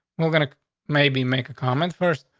we're gonna maybe make a comment first,